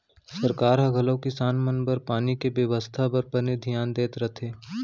सरकार ह घलौक किसान मन बर पानी के बेवस्था बर बने धियान देत रथे